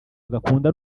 agakunda